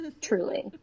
Truly